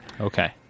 Okay